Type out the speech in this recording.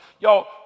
y'all